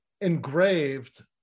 engraved